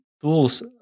tools